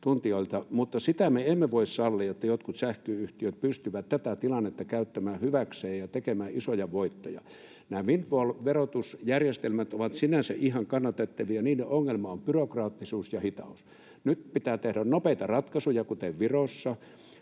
Mutta sitä me emme voi sallia, että jotkut sähköyhtiöt pystyvät tätä tilannetta käyttämään hyväkseen ja tekemään isoja voittoja. Nämä windfall-verotusjärjestelmät ovat sinänsä ihan kannatettavia, mutta niiden ongelma on byrokraattisuus ja hitaus. Nyt pitää tehdä nopeita ratkaisuja, kuten Virossa.